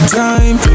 time